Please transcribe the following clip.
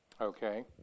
Okay